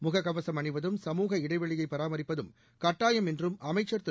முகக்கவசம் அணிவதும் சமூக இடைவெளியை பராமரிப்பது கட்டாயம் என்றும் அமைச்சா் திரு